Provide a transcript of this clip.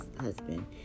husband